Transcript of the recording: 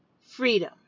freedom